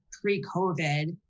pre-COVID